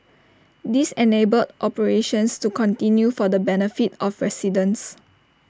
this enabled operations to continue for the benefit of residents